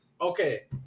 Okay